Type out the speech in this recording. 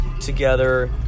together